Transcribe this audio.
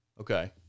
Okay